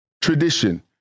tradition